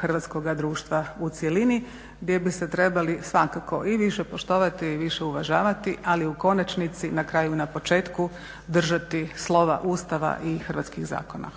hrvatskoga društva u cjelini gdje bi se trebali svakako i više poštovani i više uvažavati ali u konačnici na kraju u početku držati slova Ustava i hrvatskih zakona.